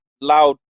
loud